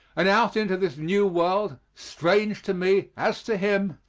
and out into this new world strange to me as to him,